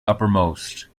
uppermost